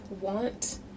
want